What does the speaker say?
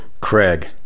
craig